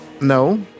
No